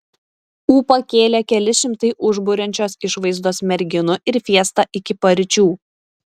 ūpą kėlė keli šimtai užburiančios išvaizdos merginų ir fiesta iki paryčių